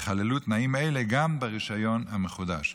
ייכללו תנאים אלה גם ברישיון המחודש.